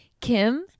Kim